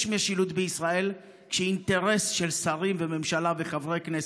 יש משילות בישראל כשהיא אינטרס של שרים וממשלה וחברי כנסת.